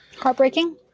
Heartbreaking